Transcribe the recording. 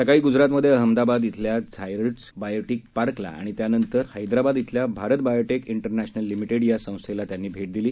सकाळी ग्जरात मध्ये अहमदाबाद इथल्या झायड्स बायोटीक पार्कला आणि त्यानंतर हैदराबाद इथल्या भारत बायोटेक इंटरनॅशनल लिमिटेड या संस्थेला त्यांनी भेट दिली